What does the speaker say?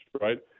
right